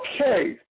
Okay